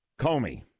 Comey